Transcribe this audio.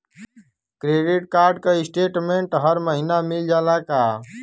Credit card क statement हर महिना मिल जाला का?